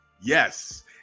Yes